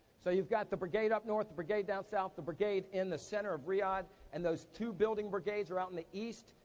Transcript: so you've got the brigade up north, the brigade down south, the brigade in the center of riyadh. and those two building brigades are out in the east,